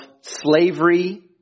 slavery